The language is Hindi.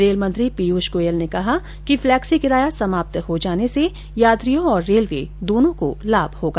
रेलमंत्री पीयुष गोयल ने कहा कि फ्लेक्सी किराया समाप्त हो जाने से यात्रियों और रेलवे दोनों को लाभ होगा